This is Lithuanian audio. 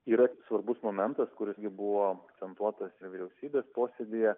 yra svarbus momentas kuris gi buvo akcentuotas vyriausybės posėdyje